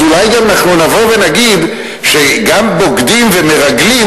אז אולי גם נבוא ונגיד שגם בוגדים ומרגלים,